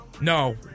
no